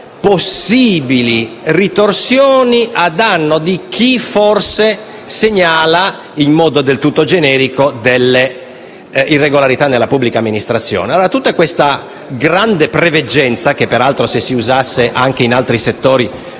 possibili ritorsioni a danno di chi forse segnala in modo del tutto generico delle irregolarità nella pubblica amministrazione. Tutta questa grande preveggenza, che peraltro se si usasse anche in altri settori